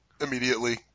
immediately